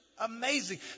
Amazing